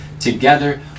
Together